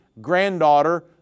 granddaughter